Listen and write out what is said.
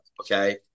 Okay